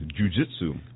jujitsu